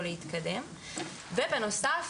או להתקדם ובנוסף,